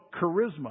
charisma